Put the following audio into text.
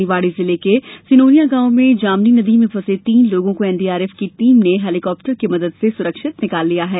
निवाड़ी जिले के सिनोनिया गांव में जामनी नदी में फंसे तीन लोगों को एनडीआरएफ की टीम ने हेलीकाप्टर की मदद से सुरक्षित निकाल लिया है